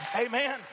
amen